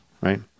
right